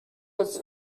was